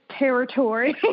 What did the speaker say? territory